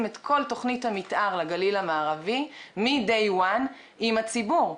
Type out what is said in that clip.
את כל תוכנית המתאר לגליל המערבי מ-day one עם הציבור,